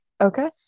Okay